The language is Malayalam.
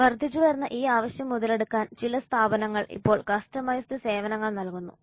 വർദ്ധിച്ചുവരുന്ന ഈ ആവശ്യം മുതലെടുക്കാൻ ചില സ്ഥാപനങ്ങൾ ഇപ്പോൾ കസ്റ്റമൈസ്ഡ് സേവനങ്ങൾ നൽകുന്നു